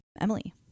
Emily